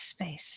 space